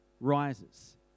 rises